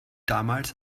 damals